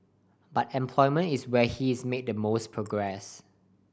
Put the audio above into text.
but employment is where he's made the most progress